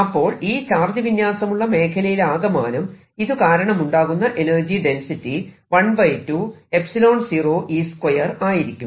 അപ്പോൾ ഈ ചാർജ് വിന്യാസമുള്ള മേഖലയിലാകമാനം ഇതുകാരണമുണ്ടാകുന്ന എനർജി ഡെൻസിറ്റി 12𝟄0 E2 ആയിരിക്കും